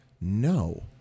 no